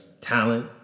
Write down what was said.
talent